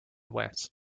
wet